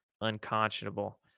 unconscionable